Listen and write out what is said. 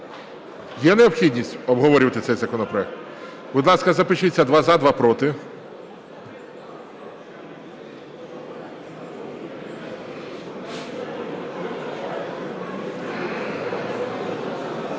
Є необхідність обговорювати цей законопроект? Будь ласка, запишіться: два – за, два – проти.